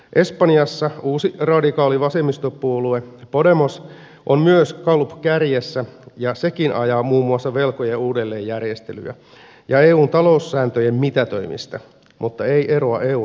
espanjassa uusi radikaali vasemmistopuolue podemos on myös gallupkärjessä ja sekin ajaa muun muassa velkojen uudelleenjärjestelyä ja eun taloussääntöjen mitätöimistä mutta ei eroa eurosta